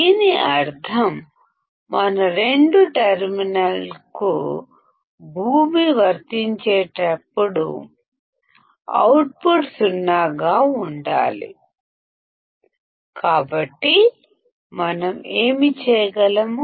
దీని అర్థం మనం రెండు టెర్మినల్స్ కు గ్రౌండ్ ని వర్తించినప్పుడు అవుట్పుట్ వోల్టేజ్ సున్నా కావాలి కాబట్టి మనం ఏమి చేయగలం